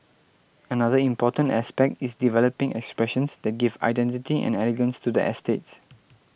another important aspect is developing expressions that give identity and elegance to the estates